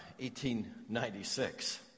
1896